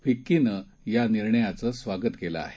फिक्कीनं या निर्णयाचं स्वागत केलं आहे